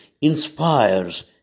inspires